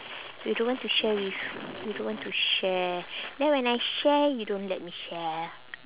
you don't want to share with you don't want to share then when I share you don't let me share